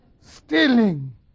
stealing